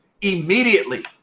immediately